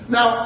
Now